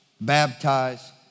baptize